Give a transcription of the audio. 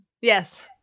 Yes